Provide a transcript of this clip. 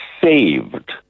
saved